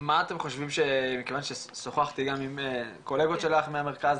מכיוון ששוחחתי גם עם קולגות שלך מהמכרז,